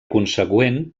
consegüent